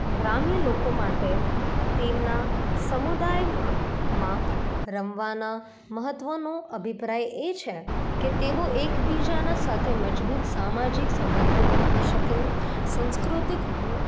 ગ્રામ્ય લોકો માટે તેમનાં સમુદાય માં રમવાના મહત્વનો અભિપ્રાય એ છે કે તેઓ એક બીજાની સાથે મજબૂત સામાજિક સંબંધો બનાવી શકે સાંસ્કૃતિક